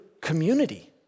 community